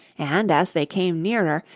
and, as they came nearer,